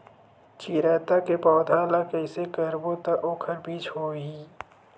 चिरैता के पौधा ल कइसे करबो त ओखर बीज होई?